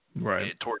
Right